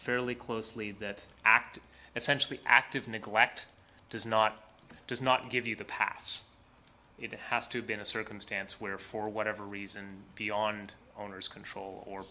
fairly closely that act essentially active neglect does not does not give you the pass it has to be in a circumstance where for whatever reason beyond owners control